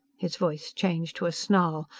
his voice changed to a snarl.